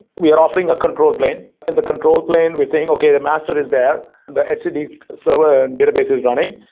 we are offering a control plane, and the control plane we think, okay. the master is there. the etcd server so ah and database is running,